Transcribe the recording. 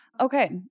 Okay